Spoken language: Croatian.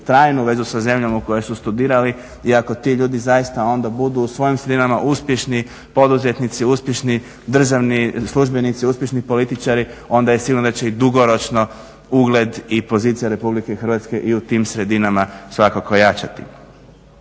trajnu vezu sa zemljama u kojoj su studirali. I ako ti ljudi zaista onda budu u svojim sredinama uspješni poduzetnici, uspješni državni službenici, uspješni političari onda je sigurno da će dugoročno ugled i pozicija RH i u tim sredinama svakako jačati.